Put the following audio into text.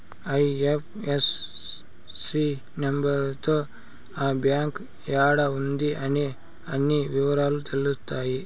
IFSC number తో ఆ bank యాడా ఉంది అనే అన్ని ఇవరాలు తెలుత్తాయి